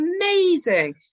amazing